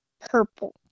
Purple